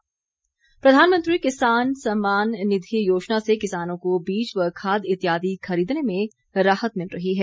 किसान निधि प्रधानमंत्री किसान सम्मान निधि योजना से किसानों को बीज व खाद इत्यादि खरीदने में राहत मिल रही है